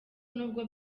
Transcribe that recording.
nubwo